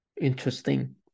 Interesting